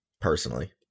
personally